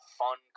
fun